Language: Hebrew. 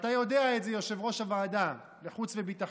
ואתה יודע את זה, יושב-ראש ועדת החוץ והביטחון,